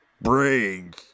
Brains